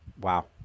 wow